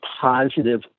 positive